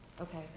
Okay